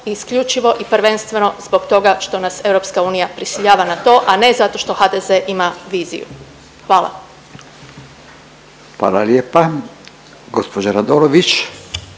isključivo i prvenstveno zbog toga što nas EU prisiljava na to, a ne zato što HDZ ima viziju. Hvala. **Radin, Furio